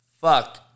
Fuck